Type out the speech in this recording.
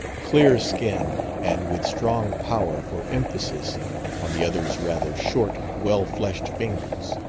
clear-skinned, and with strong power for emphasis on the other's rather short, well-fleshed fingers.